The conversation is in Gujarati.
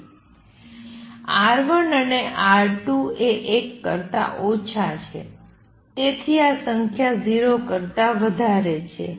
R1 અને R2 એ 1 કરતા ઓછા છે તેથી આ સંખ્યા 0 કરતા વધારે છે